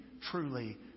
truly